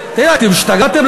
למה אתה לא עונה לי?